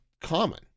common